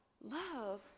love